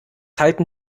halten